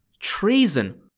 Treason